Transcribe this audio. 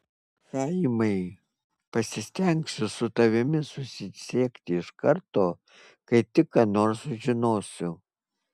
chaimai pasistengsiu su tavimi susisiekti iš karto kai tik ką nors sužinosiu